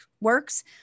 works